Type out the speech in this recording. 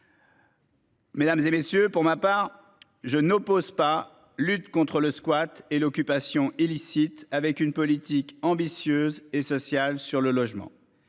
Mesdames et messieurs pour ma part je n'oppose pas, lutte contre le squat et l'occupation illicite avec une politique ambitieuse et sociale sur le logement,